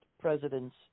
presidents